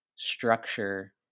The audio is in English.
structure